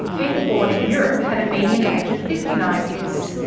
people born in europe had a median age of fifty nine years.